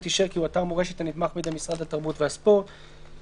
אישר כי הוא אתר מורשת הנתמך בידי משרד התרבות והספורט"; (5)